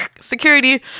Security